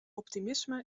optimisme